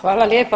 Hvala lijepa.